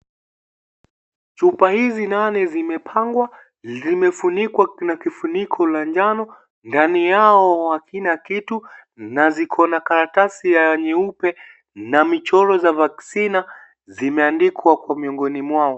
Chupa hizi nane zimepangwa limefunikwa na kifuniko la njano, ndano yao hakina kitu na ziko na karatasi ya nyeupe na michoro za vaccine zimeandikwa kwa miongoni mwao.